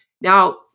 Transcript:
Now